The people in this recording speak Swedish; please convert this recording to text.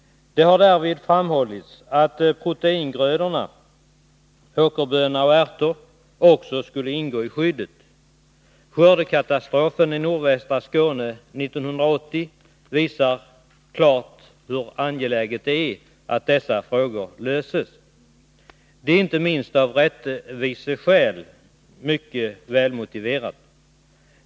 Det har därvid framhållits att proteingrödorna — åkerbönor och ärter — också skulle ingå i skyddet. Skördekatastrofen i nordvästra Skåne 1980 visar klart hur angeläget det är att dessa frågor löses. Inte minst av rättviseskäl är detta mycket välmotiverat.